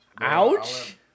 Ouch